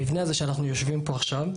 המבנה הזה שאנחנו יושבים בו פה עכשיו,